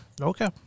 Okay